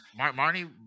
Marnie